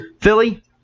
Philly